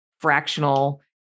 fractional